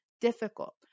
difficult